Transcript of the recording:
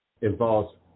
involves